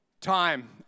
time